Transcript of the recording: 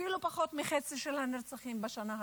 אפילו פחות מחצי של הנרצחים בשנה הזאת,